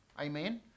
Amen